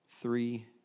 three